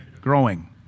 growing